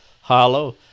hollow